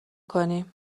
کنیم